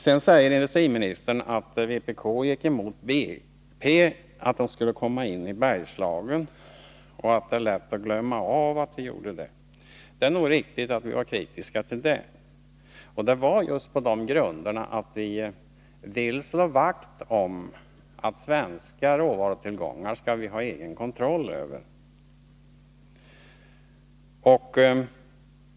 Vidare sade industriministern att vpk gick emot att BP skulle komma in i Bergslagen och att det är lätt att glömma att vi gjorde det. Det är riktigt att vi var kritiska till det. Men det var just på grund av att vi vill slå vakt om att få egen kontroll över våra svenska råvarutillgångar.